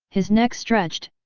his neck stretched,